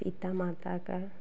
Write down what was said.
सीता माता का